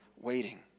waiting